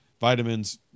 vitamins